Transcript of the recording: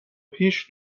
پیش